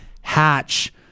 hatch